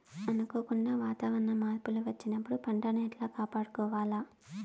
అనుకోకుండా వాతావరణ మార్పులు వచ్చినప్పుడు పంటను ఎట్లా కాపాడుకోవాల్ల?